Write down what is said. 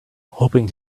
hoping